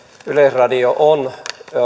yleisradio on